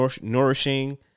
nourishing